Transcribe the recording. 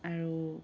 আৰু